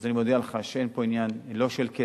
אז אני מודיע לך שאין פה עניין של כסף.